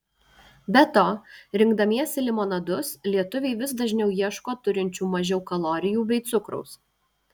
be to rinkdamiesi limonadus lietuviai vis dažniau ieško turinčių mažiau kalorijų bei cukraus